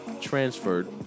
transferred